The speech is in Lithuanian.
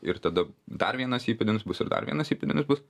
ir tada dar vienas įpėdinis bus ir dar vienas įpėdinis bus